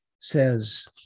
says